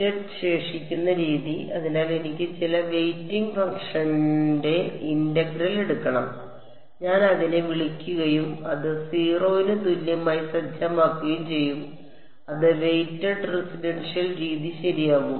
weighted ശേഷിക്കുന്ന രീതി അതിനാൽ എനിക്ക് ചില വെയ്റ്റിംഗ് ഫംഗ്ഷന്റെ ഇന്റഗ്രൽ എടുക്കണം ഞാൻ അതിനെ വിളിക്കുകയും അത് 0 ന് തുല്യമായി സജ്ജമാക്കുകയും ചെയ്യും അത് വെയ്റ്റഡ് റെസിഷ്യൽ രീതി ശരിയാകും